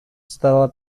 stala